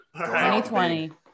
2020